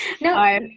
No